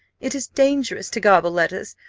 it is dangerous to garble letters,